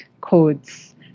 codes